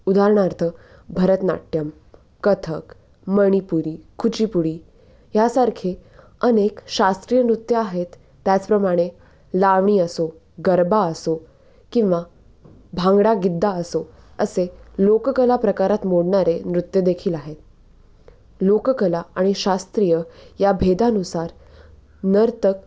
उदाहरणार्थ भरतनाट्यम कथ्थक मणिपुरी कुचीपुडी ह्यासारखे अनेक शास्त्रीय नृत्य आहेत त्याचप्रमाणे लावणी असो गरबा असो किंवा भांगडा गिद्दा असो असे लोककला प्रकारात मोडणारे नृत्य देखील आहेत लोककला आणि शास्त्रीय या भेदानुसार नर्तक